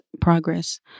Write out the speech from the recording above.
progress